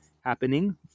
happening